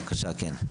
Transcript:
בבקשה, כן.